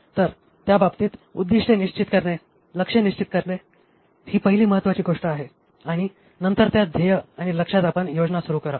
तर त्या बाबतीत उद्दीष्टे निश्चित करणे लक्ष्य निश्चित करणे ही पहिली महत्वाची गोष्ट आहे आणि नंतर त्या ध्येय आणि लक्ष्यात आपण योजना सुरू करा